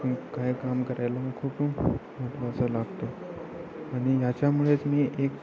काय काम करायला मग खूप महत्त्वाचं लागतो आणि याच्यामुळेच मी एक